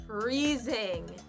freezing